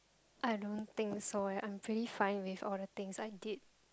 I don't think so eh I am pretty fine with all the things I did